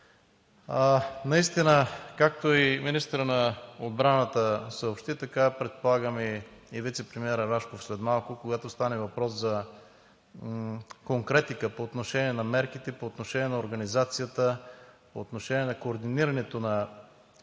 Наистина, както и министърът на отбраната съобщи, така предполагам и вицепремиерът Рашков след малко, когато стане въпрос за конкретика по отношение на мерките, по отношение на организацията, по отношение на координирането